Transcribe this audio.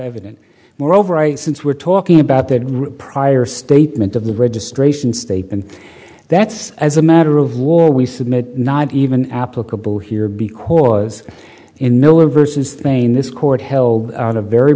evident moreover right since we're talking about that prior statement of the registration state and that's as a matter of war we submit not even applicable here because in miller vs the pain this court held out a very